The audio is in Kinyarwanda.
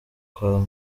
kwa